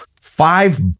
five